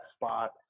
spot